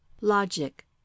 Logic